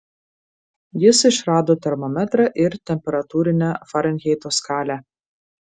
jis išrado termometrą ir temperatūrinę farenheito skalę